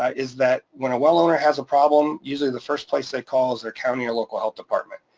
ah is that when a well owner has a problem, usually the first place they call is their county or local health department.